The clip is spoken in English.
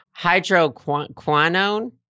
hydroquinone